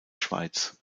schweiz